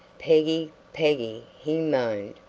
peggy, peggy, he moaned,